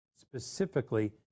Specifically